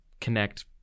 connect